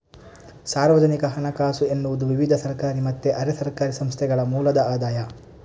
ಸಾರ್ವಜನಿಕ ಹಣಕಾಸು ಎನ್ನುವುದು ವಿವಿಧ ಸರ್ಕಾರಿ ಮತ್ತೆ ಅರೆ ಸರ್ಕಾರಿ ಸಂಸ್ಥೆಗಳ ಮೂಲದ ಆದಾಯ